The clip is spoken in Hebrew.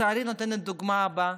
לצערי נותנת את הדוגמה הבאה: